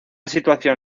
situación